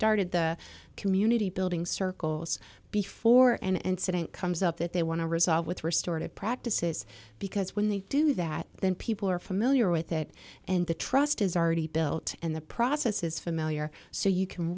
started the community building circles before an incident comes up that they want to resolve with restored practices because when they do that then people are familiar with that and the trust is already built and the process is familiar so you can